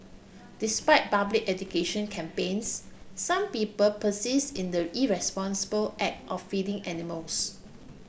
despite public education campaigns some people persist in the irresponsible act of feeding animals